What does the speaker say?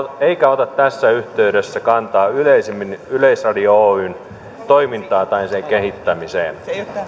eikä ota tässä yhteydessä kantaa yleisemmin yleisradio oyn toimintaan tai sen kehittämiseen